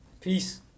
peace